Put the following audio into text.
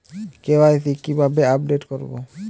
KYC কিভাবে update করব?